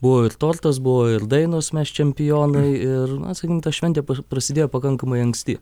buvo ir tortas buvo ir dainos mes čempionai ir na sakykim ta šventė prasidėjo pakankamai anksti